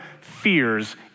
fears